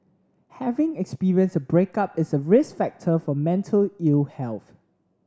having experienced a breakup is a risk factor for mental ill health